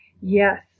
Yes